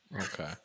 Okay